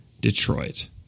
Detroit